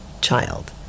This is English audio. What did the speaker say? child